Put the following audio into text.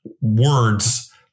words